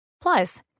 Plus